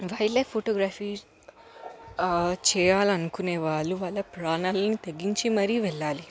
wildlife photography చేయాలి అనుకునే వాళ్ళు వాళ్ళ ప్రాణాల్ని తెగించి మరీ వెళ్ళాలి